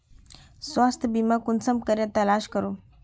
स्वास्थ्य बीमा कुंसम करे तलाश करूम?